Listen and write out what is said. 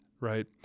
right